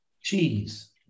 cheese